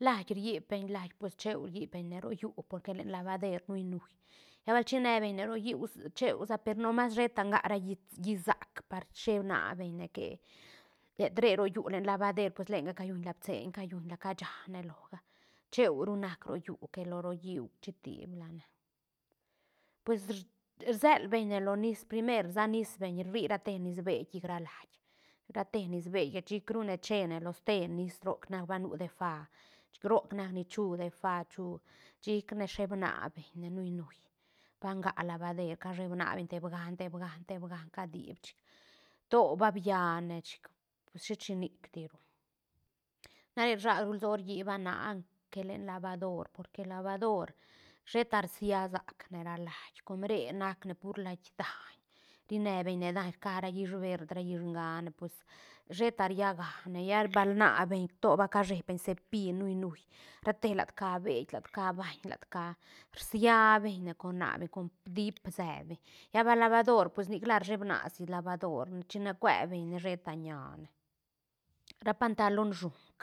Lait rlli beñ lait pues cheu rlli beñne ro llú porque len labader nui- nui lla bal chine beñne ro lliú cheusa per no mas sheta nga ra llí llí sac par sheen na beñne que llet re ro llú len labader pues lenga ca llunla biseñ ca llunla casha ne loga cheu ru nac ro llú que lo ro lliú chiti blane puesh rsel beñne lo nis primer rsanis beñ rri rate niis beiñ llic ra lait rate nis beiñ ga chic rune che ne lo ste nis roc nac ba nu defa chic roc nac ni chu defa chu chic ne sheeb na beñne nui nui ba ngac labader casheeb na beñ te bga te bga te bga ca diïb chic to ba biane chic pues shet shi nic diru na re sag ru lsoa rlliba na a que len labador porque labador sheta rsia sac ne ra lait com re nac ne por lait daiñ ri ne beñne daiñ rca ra llis verd llis ngna ne pues sheta rlla ga ne llal bal na beñ to ba cashe beiñ cepi nui nui rate lat ca beiñ lat ca baiñ lat ca rsia beñne con nabeñ com diip sebeñ lla bal la- labador nicla rsheeb na si labadorne china cue beñne sheta ñia ne ra pantalon shuuk